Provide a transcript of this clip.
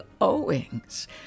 Owings